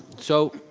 so,